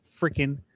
freaking